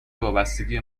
وابستگی